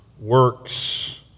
works